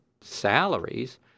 salaries